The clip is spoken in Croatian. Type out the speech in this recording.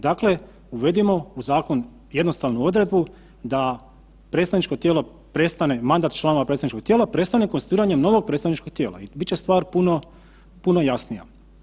Dakle, uvedimo u zakon jednostavnu odredbu da predstavničko tijelo prestane, mandat članova predstavničkog tijela prestane konstituiranjem novog predstavničkog tijela, bit će stvar puno, puno jasnija.